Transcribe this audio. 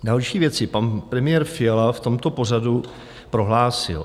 Další věci: pan premiér Fiala v tomto pořadu prohlásil: